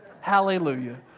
Hallelujah